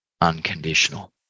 unconditional